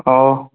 ওহ্